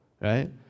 right